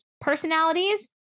personalities